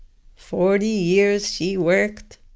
forty years she worked.